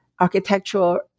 architectural